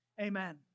Amen